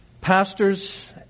Pastors